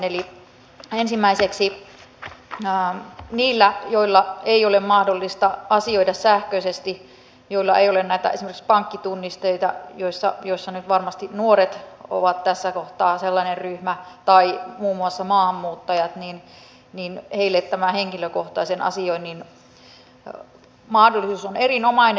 eli ensimmäiseksi niille joiden ei ole mahdollista asioida sähköisesti joilla ei ole esimerkiksi pankkitunnisteita nyt varmasti nuoret ovat tässä kohtaa sellainen ryhmä tai muun muassa maahanmuuttajat tämä henkilökohtaisen asioinnin mahdollisuus on erinomainen